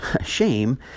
shame